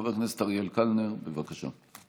חבר הכנסת אריאל קלנר, בבקשה.